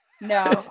No